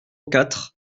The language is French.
quatre